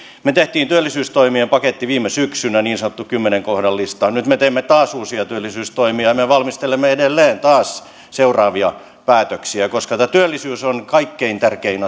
me teimme työllisyystoimien paketin viime syksynä niin sanotun kymmenen kohdan listan nyt me teimme taas uusia työllisyystoimia ja me valmistelemme edelleen taas seuraavia päätöksiä koska tämä työllisyys on kaikkein tärkein